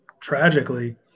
tragically